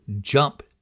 jump